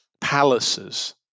palaces